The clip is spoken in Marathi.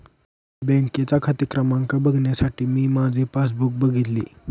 बँकेचा खाते क्रमांक बघण्यासाठी मी माझे पासबुक बघितले